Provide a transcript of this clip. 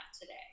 today